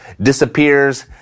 disappears